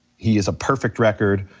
he has a perfect record,